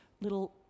little